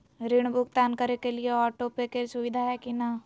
ऋण भुगतान करे के लिए ऑटोपे के सुविधा है की न?